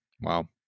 Wow